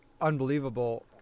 unbelievable